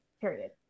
period